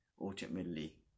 ultimately